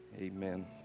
amen